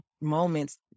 moments